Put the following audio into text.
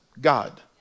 God